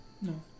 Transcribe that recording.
No